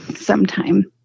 sometime